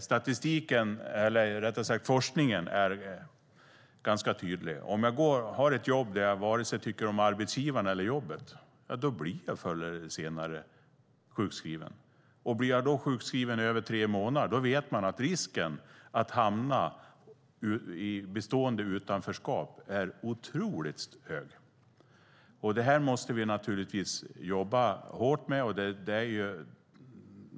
Statistiken eller rättare sagt forskningen är ganska tydlig: Om jag har ett jobb där jag varken tycker om arbetsgivaren eller jobbet blir jag förr eller senare sjukskriven. Blir jag då sjukskriven i över tre månader vet vi att risken att hamna i bestående utanförskap är otroligt hög. Det här måste vi naturligtvis jobba hårt med.